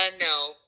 No